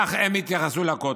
כך הם התייחסו לכותל.